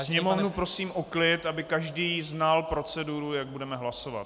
Sněmovnu prosím o klid, aby každý znal proceduru, jak budeme hlasovat.